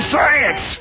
Science